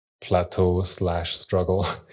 plateau-slash-struggle